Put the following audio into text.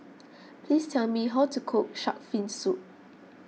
please tell me how to cook Shark's Fin Soup